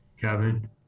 Kevin